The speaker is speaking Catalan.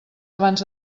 abans